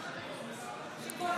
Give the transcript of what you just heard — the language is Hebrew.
"שיכורה", הם צעקו.